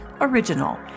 original